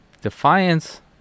Defiance